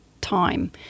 time